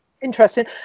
Interesting